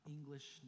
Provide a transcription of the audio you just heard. English